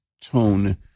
tone